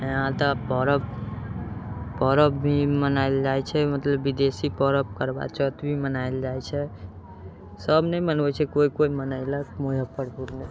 यहाँ तऽ पर्व पर्व भी मनायल जाइत छै मतलब विदेशी पर्व करवा चौथ भी मनायल जाइत छै सभ नहि मनबैत छै कोइ कोइ मनयलक मुजफ्फरपुरमे